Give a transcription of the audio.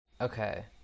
Okay